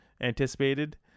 anticipated